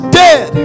dead